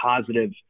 positive